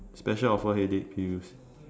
special offer headache pills